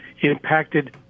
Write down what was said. impacted